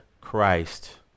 Christ